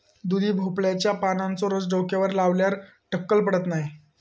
दुधी भोपळ्याच्या पानांचो रस डोक्यावर लावल्यार टक्कल पडत नाय